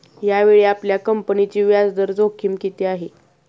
यावेळी आपल्या कंपनीची व्याजदर जोखीम किती आहे?